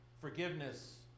forgiveness